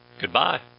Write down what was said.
Goodbye